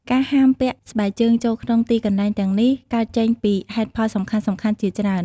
ការហាមពាក់ស្បែកជើងចូលក្នុងទីកន្លែងទាំងនេះ កើតចេញពីហេតុផលសំខាន់ៗជាច្រើន។